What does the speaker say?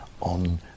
on